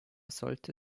sollte